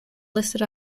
listed